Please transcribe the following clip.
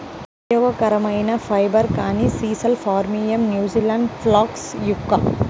ఉపయోగకరమైన ఫైబర్, కానీ sisal phormium, New Zealand flax yucca